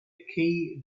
key